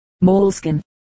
moleskin